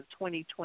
2020